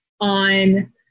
on